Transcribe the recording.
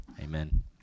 Amen